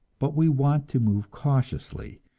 but we want to move cautiously,